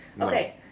Okay